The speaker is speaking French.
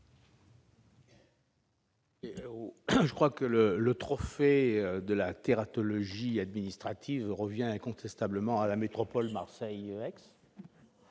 Je crois que le trophée de la tératologie administrative revient incontestablement à la métropole Aix-Marseille-Provence.